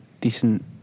decent